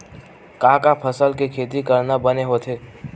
का का फसल के खेती करना बने होथे?